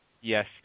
Yes